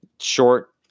short